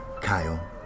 Kyle